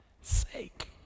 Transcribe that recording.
sake